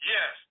Yes